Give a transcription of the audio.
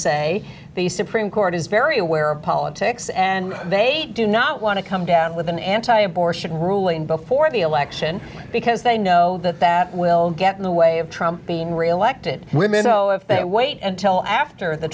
say the supreme court is very aware of politics and they do not want to come down with an anti abortion ruling before the election because they know that that will get in the way of trump being reelected women so if they wait until after the